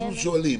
שואלים?